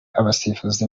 abasifuzi